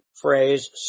phrase